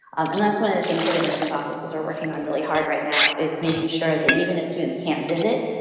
and that's one of the things that admissions offices are working on really hard right now is making sure that, even if students can't visit,